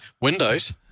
Windows